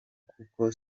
kuko